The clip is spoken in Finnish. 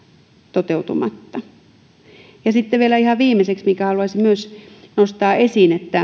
toteutumatta sitten vielä ihan viimeiseksi haluaisin myös nostaa esiin